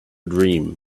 dream